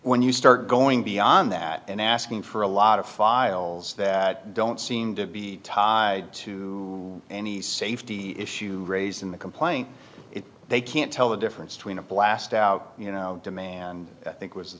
when you start going beyond that and asking for a lot of files that don't seem to be tied to any safety issue raised in the complaint if they can't tell the difference between a blast out you know and i think was the